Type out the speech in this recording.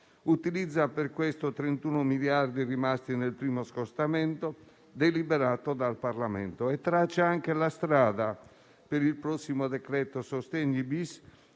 utilizza per questo scopo 31 miliardi rimasti nel primo scostamento deliberato dal Parlamento e traccia anche la strada per il prossimo decreto-legge sostegni-*bis*,